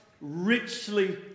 richly